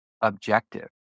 objective